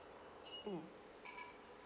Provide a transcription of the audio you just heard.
mm